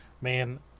man